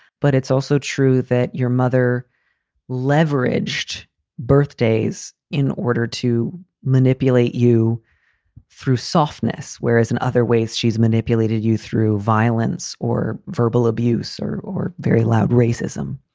but it's also true that your mother leveraged birthdays in order to manipulate you through softness, whereas in other ways she's manipulated you through violence or verbal abuse or or very loud racism.